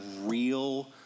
real